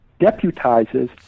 deputizes